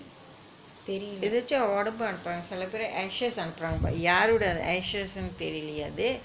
தெரியில:theriyila